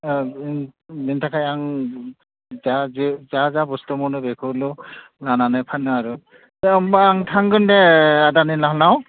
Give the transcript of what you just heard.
बिनि थाखाय आं जा जे जा बुस्थु मोनो बेखौल' लानानै फैगोन आरो दे होमब्ला आं थांगोन आ दे नोंनाव